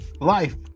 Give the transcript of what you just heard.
Life